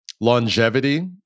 longevity